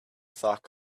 thought